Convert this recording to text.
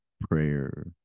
prayer